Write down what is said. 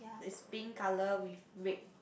is pink color with red